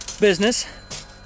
Business